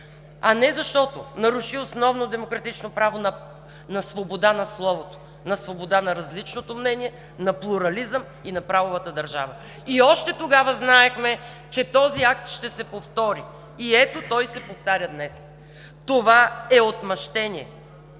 а не защото наруши основно демократично право – на свобода на словото, на свобода на различното мнение, на плурализма и на правовата държава. Още тогава знаехме, че този акт ще се повтори и ето, той се повтаря днес. Това е отмъщение